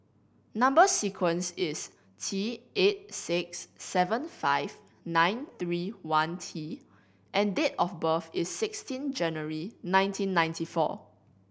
number sequence is T eight six seven five nine three one T and date of birth is sixteen January nineteen ninety four